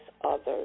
others